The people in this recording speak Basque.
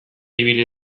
ibili